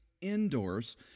indoors